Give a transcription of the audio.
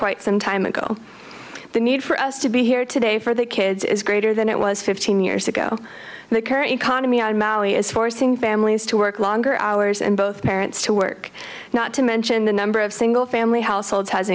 quite some time ago the need for us to be here today for the kids is greater than it was fifteen years ago the current economy is forcing families to work longer hours and both parents to work not to mention the number of single family households has